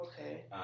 Okay